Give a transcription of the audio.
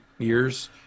Years